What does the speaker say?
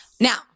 Now